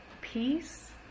peace